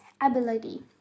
ability